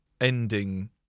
ending